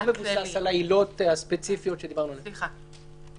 שלא מבוסס על העילות הספציפיות שדיברנו עליהן.